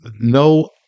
no